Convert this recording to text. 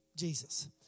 Jesus